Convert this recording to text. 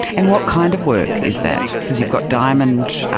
and what kind of work is that, because you've got diamond.